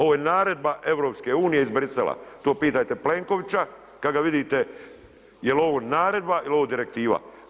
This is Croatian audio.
Ovo je naredba EU iz Brisela, to pitajte Plenkovića kad ga vidite, je li ovo naredba ili je ovo direktiva.